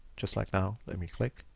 just like now let me click,